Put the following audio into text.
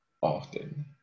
often